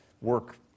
work